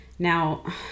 Now